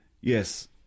Yes